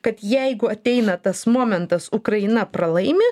kad jeigu ateina tas momentas ukraina pralaimi